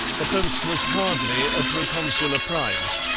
the post was hardly a proconsular prize.